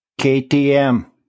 KTM